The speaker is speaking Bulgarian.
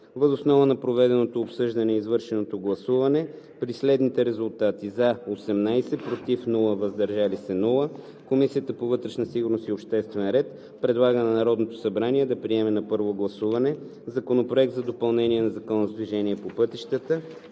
Въз основа на проведеното обсъждане и извършеното гласуване при следните резултати – 18 гласа „за“, без „против“ и „въздържал се“, Комисията по вътрешна сигурност и обществен ред предлага на Народното събрание да приеме на първо гласуване Законопроект за допълнение на Закона за движението по пътищата,